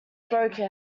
broken